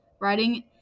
writing